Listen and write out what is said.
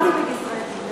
דרמטי בגזרי-דין.